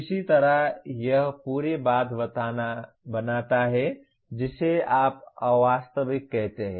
किसी तरह यह पूरी बात बनाता है जिसे आप अवास्तविक कहते हैं